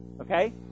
Okay